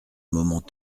moment